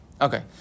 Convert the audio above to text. Okay